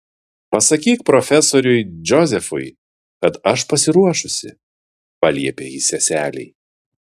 pasakyk profesoriui džozefui kad aš pasiruošusi paliepė ji seselei